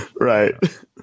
Right